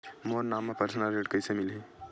मोर नाम म परसनल ऋण कइसे मिलही?